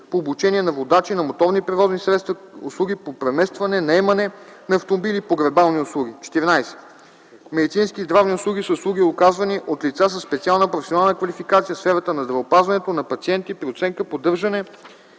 по обучение на водачи на моторни превозни средства, услуги по преместване, наемане на автомобили и погребални услуги. 14. „Медицински и здравни услуги” са услуги, оказани от лица със специална професионална квалификация в сферата на здравеопазването на пациенти при оценка, поддържане